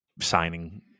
signing